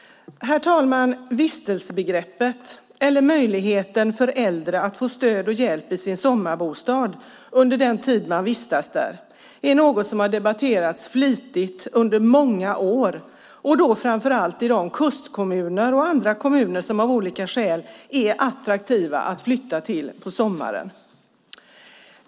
Herr talman! Vistelsebegreppet, eller möjligheten för äldre att få stöd och hjälp i sin sommarbostad under den tid man vistas där, är något som har debatterats flitigt under många år, och då framför allt i de kustkommuner och andra kommuner som av olika skäl är attraktiva att flytta till på sommaren.